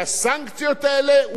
והדגש הוא על אולי,